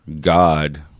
God